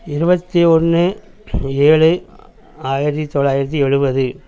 இருபத்தி ஒன்று ஏழு ஆயிரத்தி தொள்ளாயிரத்தி எழுபது